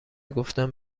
گفتم